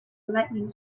lightening